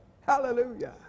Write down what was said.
Hallelujah